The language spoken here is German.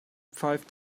pfeift